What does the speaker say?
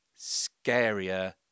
scarier